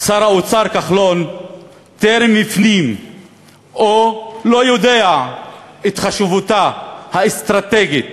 שר האוצר כחלון טרם הפנים או לא יודע את חשיבותה האסטרטגית